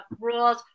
rules